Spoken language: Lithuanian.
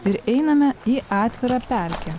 ir einame į atvirą pelkę